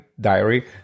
diary